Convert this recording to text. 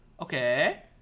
okay